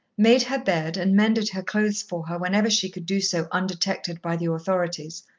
made her bed and mended her clothes for her whenever she could do so undetected by the authorities,